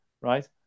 right